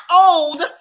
old